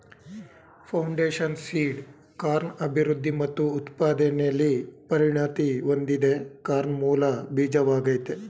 foundation seed corn ಅಭಿವೃದ್ಧಿ ಮತ್ತು ಉತ್ಪಾದನೆಲಿ ಪರಿಣತಿ ಹೊಂದಿದೆ ಕಾರ್ನ್ ಮೂಲ ಬೀಜವಾಗಯ್ತೆ